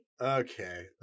okay